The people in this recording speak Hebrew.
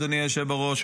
אדוני היושב בראש,